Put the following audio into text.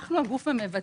אנחנו הגוף המבצע.